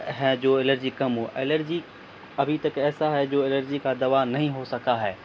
ہے جو الرجی کم ہو الرجی ابھی تک ایسا ہے جو الرجی کا دوا نہیں ہو سکا ہے